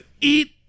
eat